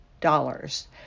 dollars